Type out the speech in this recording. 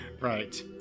Right